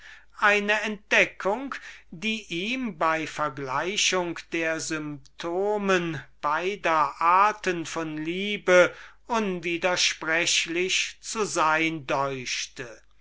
eine entdeckung die ihm bei vergleichung der symptomen dieser beiden arten von liebe unwidersprechlich zu sein deuchte